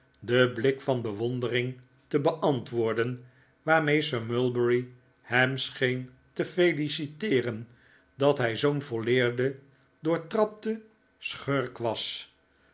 den blik van bewondering te beantwoorden waarmee sir mulberry hem scheen te feliciteeren dat hij zoo'n volleerde doortrapte schurk was